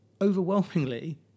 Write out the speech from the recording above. Overwhelmingly